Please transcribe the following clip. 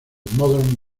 modern